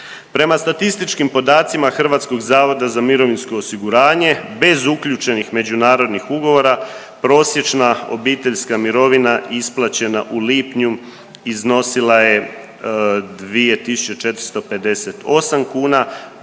Prema statističkim podacima HZMO-a bez uključenih međunarodnih ugovora prosječna obiteljska mirovina isplaćena u lipnju iznosila je 2.458 kuna